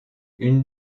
une